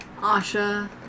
Asha